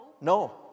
No